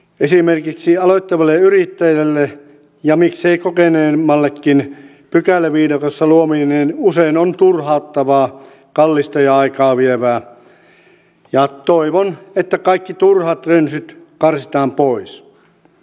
esimerkiksi aloittavalle yrittäjälle ja miksei kokeneemmallekin pykäläviidakossa luoviminen usein on turhauttavaa kallista ja aikaa vievää ja toivon että kaikki turhat rönsyt karsitaan pois